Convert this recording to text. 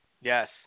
Yes